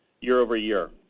year-over-year